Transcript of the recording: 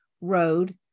road